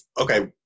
okay